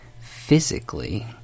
physically